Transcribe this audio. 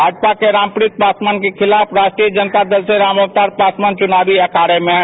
भाजपा के रामप्रीत पासवान के खिलाफ राष्ट्रीय जनता दल से राम अवतार पासवान चुनावी अखाड़े में हैं